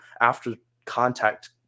after-contact